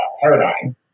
paradigm